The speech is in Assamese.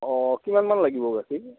অঁ কিমানমান লাগিব গাখীৰ